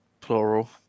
Plural